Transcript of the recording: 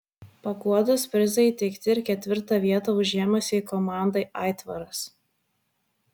paguodos prizai įteikti ir ketvirtą vietą užėmusiai komandai aitvaras